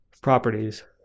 properties